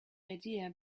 idea